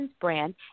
brand